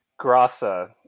Grasa